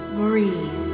breathe